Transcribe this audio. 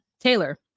Taylor